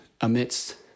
amidst